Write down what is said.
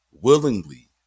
willingly